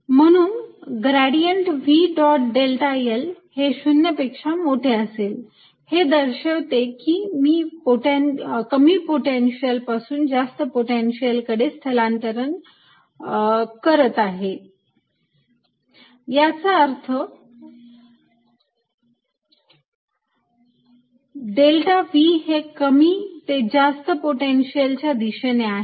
म्हणून gradient V dot delta l हे 0 पेक्षा मोठे असेल हे दर्शवते की कमी पोटेन्शियल पासून जास्त पोटेन्शिअल कडे स्थलांतरण करत आहे याचा अर्थ डेल्टा V हे कमी ते जास्त पोटेन्शिअल च्या दिशेने आहे